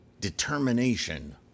determination